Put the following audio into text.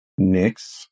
Nyx